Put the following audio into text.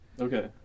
Okay